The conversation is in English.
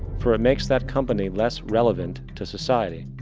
for it makes that company less relevant to society.